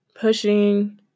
pushing